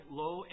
low